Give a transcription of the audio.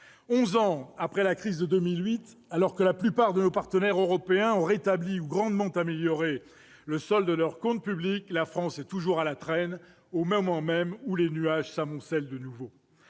ans après la crise de 2008, alors que la plupart de nos partenaires européens ont rétabli ou grandement amélioré le solde de leurs comptes publics, la France est toujours à la traîne, au moment même où les nuages s'amoncellent de nouveau.